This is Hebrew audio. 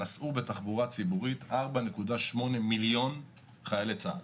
נסעו בתחבורה ציבורית 4.8 מיליון חיילי צה"ל